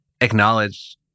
acknowledge